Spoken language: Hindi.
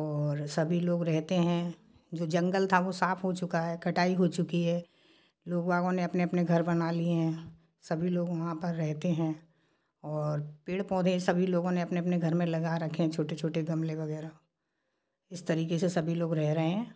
और सभी लोग रहते हें जो जंगल था वो साफ़ हो चुका है कटाई हो चुकी है लुगवागो ने अपने अपने घर बना लिए सभी लोग वहाँ पर रहते हें और पेड़ पौधे सभी लोगों ने अपने अपने घर में लगा रखे हैं छोटे छोटे गमले वग़ैरह इस तरीक़े से सभी लोग रह रहें हें